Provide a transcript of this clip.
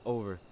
Over